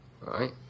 right